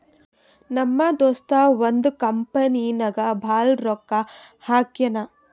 ನಮ್ ದೋಸ್ತ ಒಂದ್ ಕಂಪನಿ ನಾಗ್ ಭಾಳ್ ರೊಕ್ಕಾ ಹಾಕ್ಯಾನ್